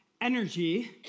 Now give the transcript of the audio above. energy